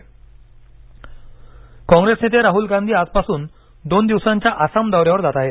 आसाम राहल दौरा कॉंग्रेस नेते राहुल गांधी आजपासून दोन दिवसांच्या आसाम दौऱ्यावर जात आहेत